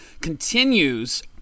continues